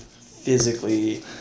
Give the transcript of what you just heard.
physically